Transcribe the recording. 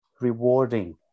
rewarding